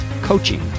coaching